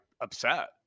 upset